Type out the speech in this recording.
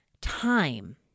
time